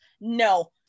No